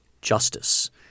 justice